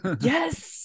Yes